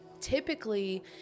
typically